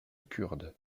kurde